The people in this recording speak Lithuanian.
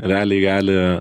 realiai gali